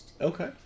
Okay